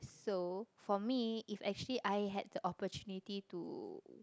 so for me if actually I had the opportunity to